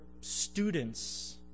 students